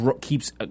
keeps